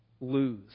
lose